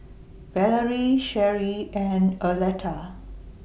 Valerie Sherie and Arletta